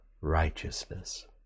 righteousness